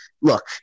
look